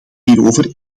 hierover